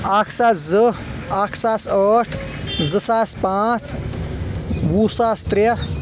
اکھ ساس زٕ اکھ ساس ٲٹھ زٕ ساس پانٛژھ وُہ ساس ترٛےٚ